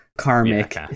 Karmic